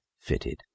fitted